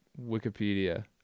Wikipedia